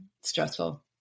stressful